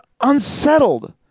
unsettled